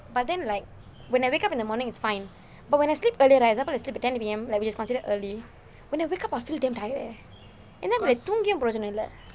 but then like when I wake up in the morning it's fine but when I sleep earlier example I sleep at ten P_M like it is considered early when I wake up I'll feel damn tired leh and then like தூங்கியும் பிரியோஜனம் இல்லை:thungiyum piriyojanam illai